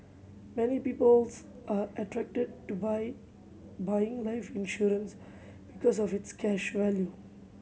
many people's are attracted to buy buying life insurance because of its cash value